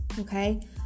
Okay